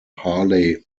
harley